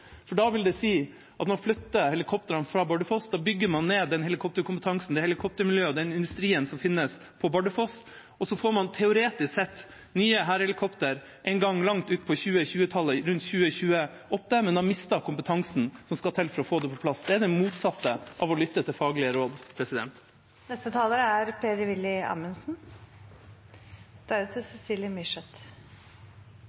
for da vil det si at når man flytter helikoptrene fra Bardufoss, bygger man ned den helikopterkompetansen, det helikoptermiljøet og den industrien som finnes på Bardufoss. Så får man teoretisk sett nye hærhelikopter en gang langt utpå 2020-tallet, rundt 2028, men har mistet kompetansen som skal til for å få det på plass. Det er det motsatte av å lytte til faglige råd. Det må føles godt å være så hellig i sin overbevisning at man er